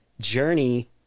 journey